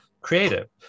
creative